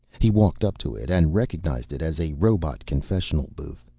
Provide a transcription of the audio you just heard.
he walked up to it, and recognized it as a robot-confessional booth.